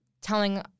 telling